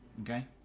Okay